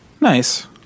Nice